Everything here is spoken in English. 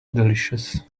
delicious